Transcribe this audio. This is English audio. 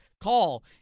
call